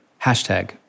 hashtag